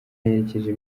yerekeje